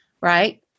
right